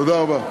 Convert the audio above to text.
תודה רבה.